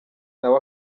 nawe